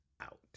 out